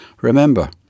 Remember